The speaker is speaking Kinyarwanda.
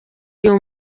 uyu